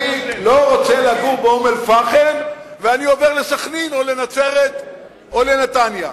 אני לא רוצה לגור באום-אל-פחם ואני עובר לסח'נין או לנצרת או לנתניה.